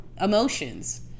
emotions